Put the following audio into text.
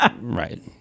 right